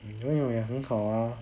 你游泳也很好 ah